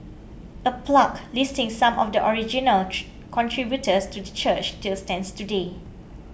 a plaque listing some of the original contributors to the church still stands today